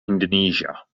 indonesia